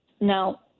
Now